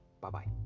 Bye-bye